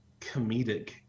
comedic